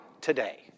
today